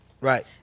Right